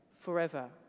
forever